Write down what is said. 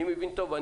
אני מבין טוב.